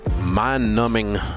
mind-numbing